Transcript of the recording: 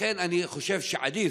לכן, אני חושב שעדיף